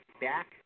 back